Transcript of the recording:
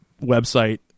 website